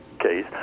case